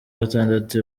gatandatu